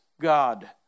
God